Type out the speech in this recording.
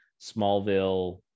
smallville